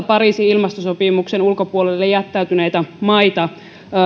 pariisin ilmastosopimuksen ulkopuolelle jättäytyneitä maita